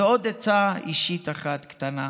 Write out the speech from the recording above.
ועוד עצה אישית אחת קטנה: